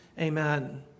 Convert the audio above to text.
Amen